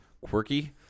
Quirky